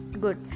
good